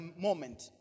moment